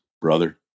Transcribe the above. brother